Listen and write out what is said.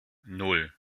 nan